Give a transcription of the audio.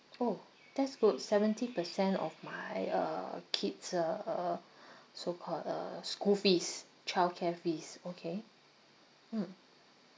orh that's good seventy percent of my uh kids uh uh so called uh school fees childcare fees okay mm